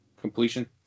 completion